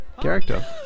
character